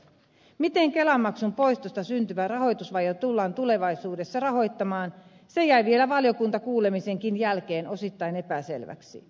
miten kelamaksun poistosta syntyvä rahoitusvaje tullaan tulevaisuudessa rahoittamaan jäi vielä valiokuntakuulemisenkin jälkeen osittain epäselväksi